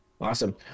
Awesome